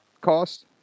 cost